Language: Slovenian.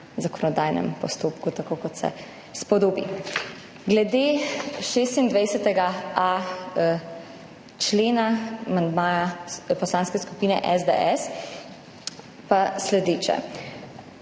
zakonodajnem postopku, tako kot se spodobi. Glede 26.a člena, amandmaja Poslanske skupine SDS pa sledeče.